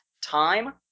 time